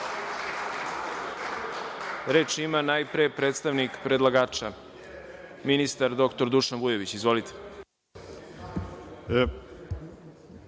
ima najpre predstavnik predlagača ministar dr Dušan Vujović. Izvolite.